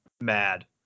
mad